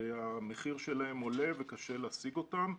המחיר שלהם עולה וקשה להשיג אותם.